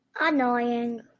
Annoying